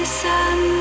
sun